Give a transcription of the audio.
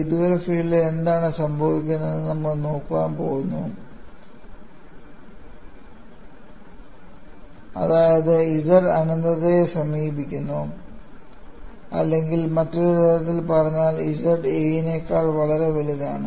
വിദൂര ഫീൽഡിൽ എന്താണ് സംഭവിക്കുന്നതെന്ന് നമ്മൾ നോക്കാൻ പോകുന്നു അതായത് z അനന്തതയെ സമീപിക്കുന്നു അല്ലെങ്കിൽ മറ്റൊരു തരത്തിൽ പറഞ്ഞാൽ z a നേക്കാൾ വളരെ വലുതാണ്